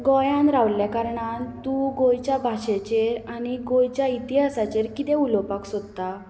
गोंयांत राविल्ल्या कारणान तूं गोंयच्या भाशेचेर आनी गोंयच्या इतिहासाचेर कितें उलोवपाक सोदता